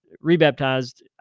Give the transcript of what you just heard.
Rebaptized